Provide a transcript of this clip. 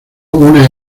una